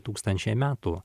tūkstančiai metų